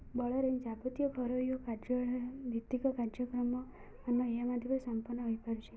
ବଳରେ ଯାବତୀୟ ଘରୋଇ କାର୍ଯ୍ୟାଳୟ ଭିତ୍ତିକ କାର୍ଯ୍ୟକ୍ରମ ଏହା ମଧ୍ୟ ସମ୍ପନ୍ନ ହୋଇପାରୁଛି